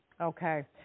Okay